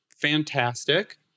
fantastic